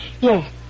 Yes